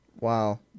Wow